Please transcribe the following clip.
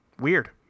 Weird